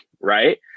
right